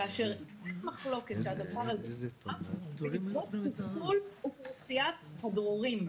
כאשר אין מחלוקת על הדבר הזה שרק בעקבות חיסול אוכלוסיית הדרורים.